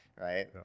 right